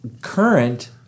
current